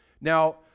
now